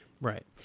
Right